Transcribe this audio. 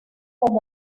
como